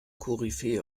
koryphäe